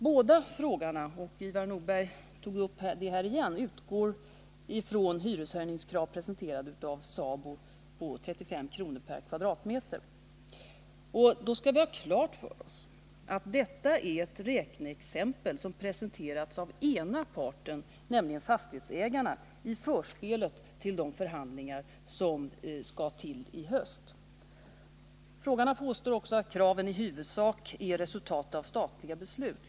Båda frågeställarna utgår — vilket Ivar Nordberg återigen tog upp — från av SABO presenterade hyreshöjningskrav på 35 kr. per kvadratmeter. Vi skall ha klart för oss att detta är ett räkneexempel som framlagts av den ena parten, nämligen fastighetsägarna, i förspelet till de förhandlingar som skall äga rum i höst. Frågeställarna påstår också att kraven i huvudsak är resultat av statliga beslut.